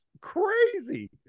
crazy